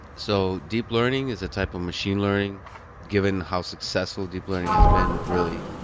so deep learning is a type of machine learning given how successful deep learning has been really.